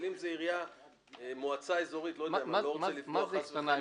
אבל אם זו מועצה אזורית --- מה זה קטנה?